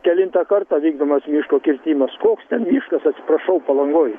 kelintą kartą vykdomas miško kirtimas koks ten miškas atsiprašau palangoj